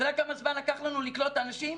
אתה יודע כמה זמן לקח לנו לקלוט אנשים?